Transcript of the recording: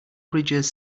bridges